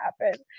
happen